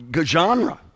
genre